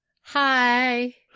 Hi